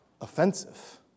offensive